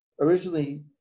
originally